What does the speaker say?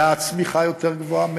והצמיחה גבוהה יותר